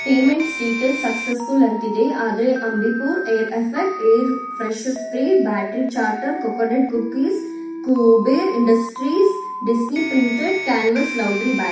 payment status successful ಅಂತಿದೆ ಆದರೆ Ambi Pur air effect air fresher spray battery charger coconut cookies Kuber Industries Disney printed canvas laundry bag